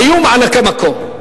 היו מענקי מקום.